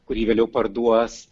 kurį vėliau parduos